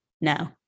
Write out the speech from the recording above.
no